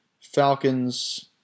Falcons